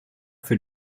für